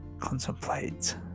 contemplate